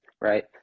right